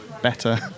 better